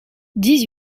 dix